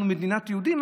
אנחנו מדינת היהודים?